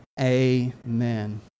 Amen